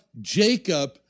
Jacob